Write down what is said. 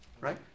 right